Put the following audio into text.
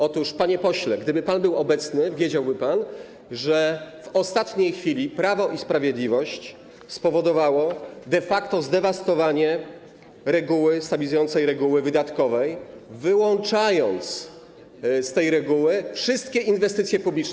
Otóż, panie pośle, gdyby pan był obecny, wiedziałby pan, że w ostatniej chwili Prawo i Sprawiedliwość spowodowało de facto zdewastowanie reguły stabilizującej, reguły wydatkowej, wyłączając z tej reguły wszystkie inwestycje publiczne.